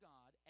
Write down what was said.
God